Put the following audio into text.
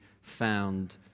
found